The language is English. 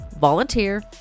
volunteer